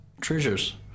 treasures